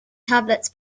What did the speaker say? tablets